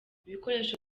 ibikoresho